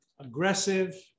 Aggressive